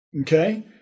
Okay